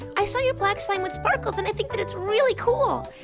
i saw your black slime with sparkles and i think that it's really cool!